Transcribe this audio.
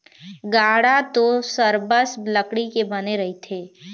गाड़ा तो सरबस लकड़ी के बने रहिथे